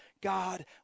god